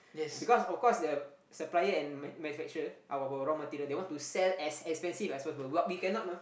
because of course the supplier and man~ manufacturer our raw material they want to sell as expensive as possible but we cannot mah